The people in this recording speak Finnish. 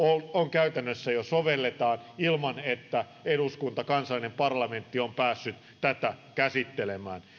käytännössä jo sovelletaan ilman että eduskunta kansallinen parlamentti on päässyt tätä käsittelemään